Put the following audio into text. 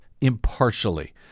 impartially